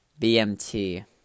BMT